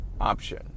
option